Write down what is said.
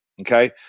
okay